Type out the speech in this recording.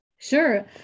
Sure